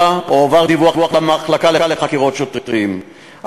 הועבר דיווח למחלקה לחקירות שוטרים,